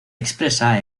expresa